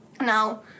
Now